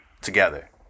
together